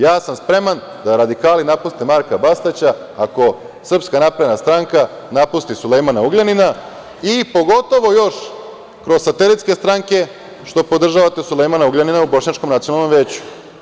Ja sam spreman da radikali napuste Marka Bastaća ako SNS napusti Sulejmana Ugljanina i pogotovo još kroz satelitske stranke što podržavate Sulejmana Ugljanina u Bošnjačkom nacionalnom veću.